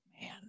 Man